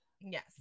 yes